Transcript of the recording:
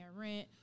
rent